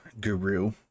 guru